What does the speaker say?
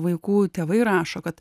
vaikų tėvai rašo kad